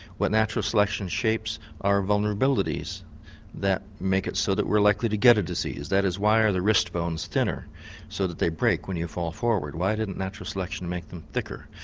what natural selection shapes are vulnerabilities that make it so that we are likely to get a disease. that is, why are the wrist bones thinner so that they break when you fall forward why didn't natural selection make them thicker?